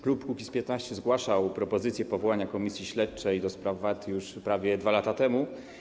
Klub Kukiz’15 zgłaszał propozycję powołania komisji śledczej do spraw VAT już prawie 2 lata temu.